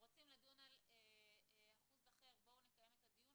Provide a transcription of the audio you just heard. רוצים לדון על אחוז אחר נקיים את הדיון.